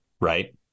right